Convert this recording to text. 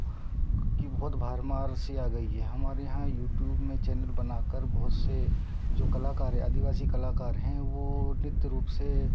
की बहुत भारमार सी आ गई है हमारे यहाँ यूट्यूब में चैनल बनाकर बहुत त से जो कलाकार है आदिवासी कलाकार हैं वे नित्य रुप से